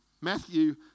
Matthew